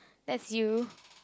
that's you